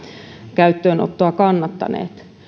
käyttöönottoa kannattaneet